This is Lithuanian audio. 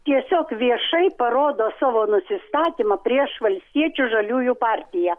tiesiog viešai parodo savo nusistatymą prieš valstiečių žaliųjų partiją